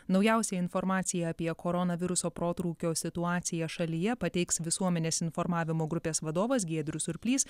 naujausią informaciją apie koronaviruso protrūkio situaciją šalyje pateiks visuomenės informavimo grupės vadovas giedrius surplys